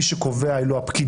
מי שקובע הם אלו הפקידים.